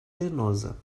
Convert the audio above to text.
arenosa